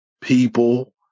people